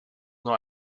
noch